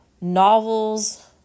novels